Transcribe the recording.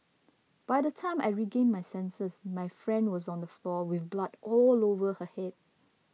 by the time I regained my senses my friend was on the floor with blood all over her head